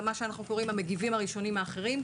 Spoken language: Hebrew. למה שאנחנו קוראים "המגיבים הראשונים האחרים",